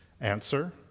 Answer